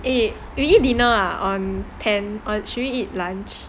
eh we eat dinner ah on tenth or should we eat lunch